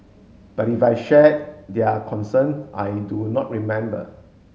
but if I shared their concern I do not remember